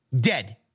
dead